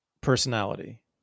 personality